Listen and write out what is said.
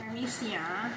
let me see ah